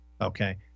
okay